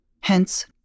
Hence